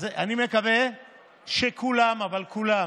אז אני מקווה שכולם, אבל כולם,